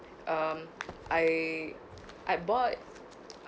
um I I bought